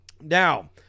Now